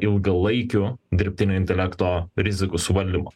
ilgalaikių dirbtinio intelekto rizikų suvaldymo